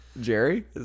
Jerry